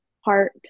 heart